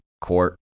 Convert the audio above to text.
court